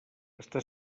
està